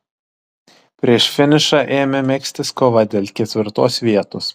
prieš finišą ėmė megztis kova dėl ketvirtosios vietos